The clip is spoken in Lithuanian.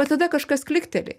va tada kažkas klikteli